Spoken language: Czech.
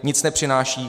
Nic nepřináší?